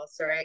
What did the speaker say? right